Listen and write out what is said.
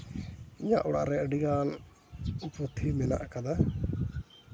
ᱤᱧᱟᱹᱜ ᱚᱲᱟᱜ ᱨᱮ ᱟᱹᱰᱤᱜᱟᱱ ᱯᱩᱛᱷᱤ ᱢᱮᱱᱟᱜ ᱠᱟᱫᱟ